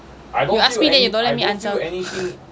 you ask me then you don't let me answer